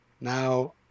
Now